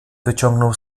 wyciągnął